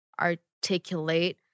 articulate